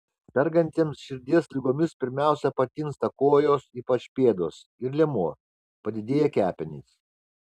sergantiems širdies ligomis pirmiausia patinsta kojos ypač pėdos ir liemuo padidėja kepenys